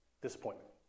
Disappointment